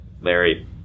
larry